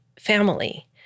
family